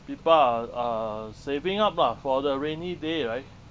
people are are saving up lah for the rainy day right